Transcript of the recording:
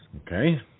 okay